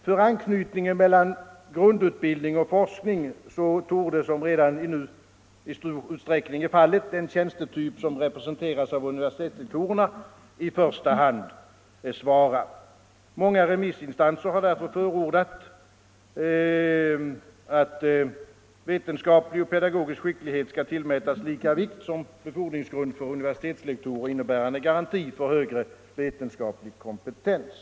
För anknytningen mellan grundutbildning och forskning torde, såsom redan i stor utsträckning är fallet, den tjänstetyp som representeras av universitetslektorerna i första hand svara. Många remissinstanser har därför förordat att vetenskaplig och pedagogisk skicklighet skall tillmätas lika stor vikt såsom befordringsgrund för universitetslektorer, innebärande garanti för högre vetenskaplig kompetens.